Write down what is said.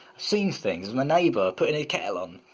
seen things, my neighbor putting his kettle on.